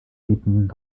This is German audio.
bieten